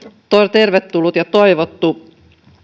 tervetullut ja toivottu